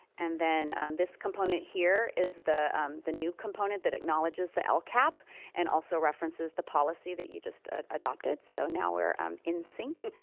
and then this component here is the the new component that acknowledges the lcap and also references the policy that you just ah adopted, so now we're um in sync.